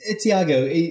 Tiago